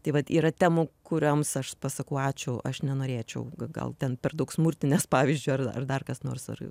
tai vat yra temų kurioms aš pasakau ačiū aš nenorėčiau gal ten per daug smurtinės pavyzdžiui ar ar dar kas nors ar